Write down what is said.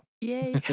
Yay